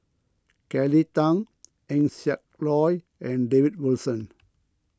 Kelly Tang Eng Siak Loy and David Wilson